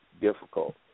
difficult